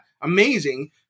amazing